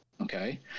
okay